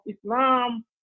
Islam